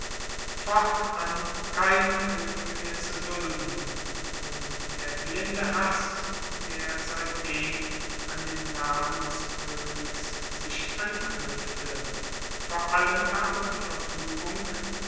fortan keinen koenig mehr zu dulden und der blinde hass der seitdem an den namen des koenigs sich anknuepfte vor allem aber die verfuegung